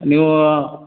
ನೀವು